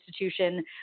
institution